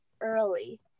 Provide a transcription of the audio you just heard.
early